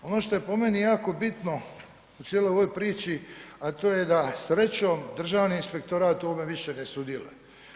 Ono što je po meni jako bitno u cijeloj ovoj priči, a to je da srećom Državni inspektorat u ovome više ne sudjeluje.